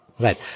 Right